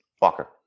Walker